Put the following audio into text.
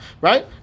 right